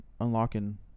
Unlocking